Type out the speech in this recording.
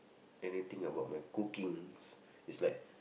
anything about my cookings is like